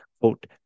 quote